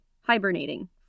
hibernating